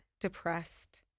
depressed